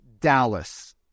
Dallas